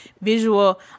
visual